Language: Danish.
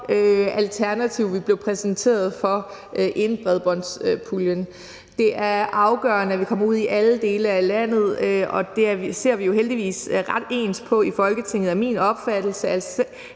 alternativ, vi blev præsenteret for, inden bredbåndspuljen blev lavet. Det er afgørende, at vi kommer ud i alle dele af landet, og det ser vi jo heldigvis ret ens på i Folketinget, er min opfattelse.